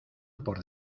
por